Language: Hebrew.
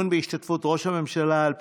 את